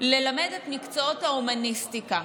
ללמד את מקצועות ההומניסטיקה.